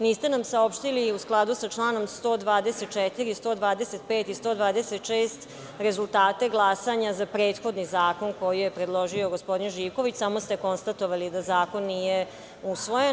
Niste nam saopštili, u skladu sa čl. 124, 125. i 126, rezultate glasanja za prethodni zakon koji je predložio gospodin Živković, samo ste konstatovali da zakon nije usvojen.